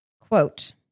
Quote